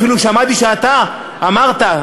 אפילו שמעתי שאתה אמרת,